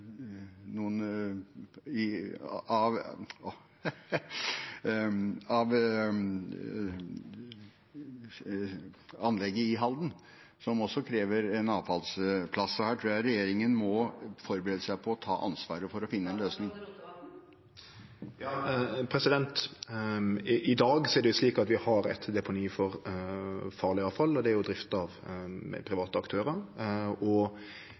krever en avfallsplass. Så her tror jeg regjeringen må forberede seg på å ta ansvaret for å finne en løsning. I dag er det slik at vi har eit deponi for farleg avfall, og det er drifta av private aktørar. Når det gjeld om staten skal ta ei rolle og